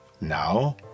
Now